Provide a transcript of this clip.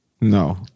No